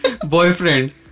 Boyfriend